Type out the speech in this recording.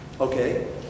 Okay